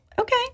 okay